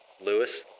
Lewis